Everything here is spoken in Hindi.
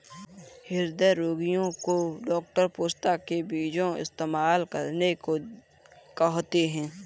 हृदय रोगीयो को डॉक्टर पोस्ता के बीजो इस्तेमाल करने को कहते है